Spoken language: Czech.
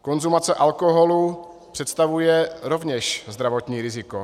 Konzumace alkoholu představuje rovněž zdravotní riziko.